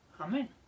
Amen